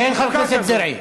כן, חבר הכנסת דרעי.